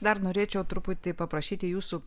dar norėčiau truputį paprašyti jūsų